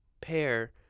pair